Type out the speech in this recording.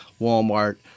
walmart